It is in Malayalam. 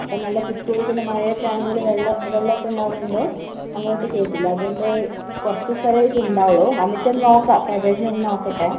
അപ്പം നല്ല കുത്തിയൊഴുക്കുന്ന മഴയൊക്കെയാണങ്കിൽ വെള്ളം വെള്ളമൊക്കെ ഉണ്ടാകുന്നത്കൊണ്ട് അങ്ങോട്ട് കയറ്റില്ല അതോണ്ട് കുറച്ച് സ്ഥലമായിട്ട് ഉണ്ടാവുള്ളൂ വന്നിട്ടൊന്ന് നോക്കാം പാക്കേജ് ഒന്ന് നോക്കട്ടേ